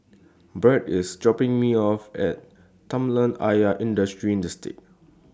Brad IS dropping Me off At Kolam Ayer Industrial Estate